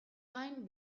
gain